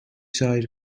şair